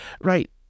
right